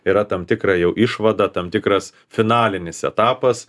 yra tam tikra jau išvada tam tikras finalinis etapas